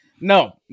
no